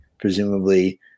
presumably